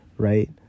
right